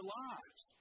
lives